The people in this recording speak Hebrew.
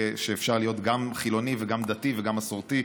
שאפשר להיות גם חילוני וגם דתי וגם מסורתי,